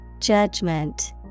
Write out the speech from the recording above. Judgment